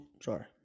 Sorry